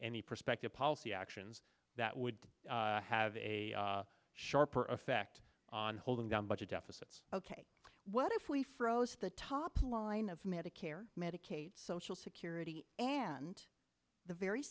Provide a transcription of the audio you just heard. any prospective policy actions that would have a sharper effect on holding down budget deficits ok what if we froze the top line of medicare medicaid social security and the very